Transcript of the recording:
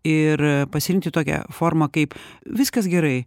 ir pasirinkti tokią formą kaip viskas gerai